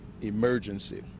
emergency